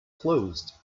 closed